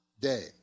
day